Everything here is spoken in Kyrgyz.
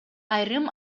айрым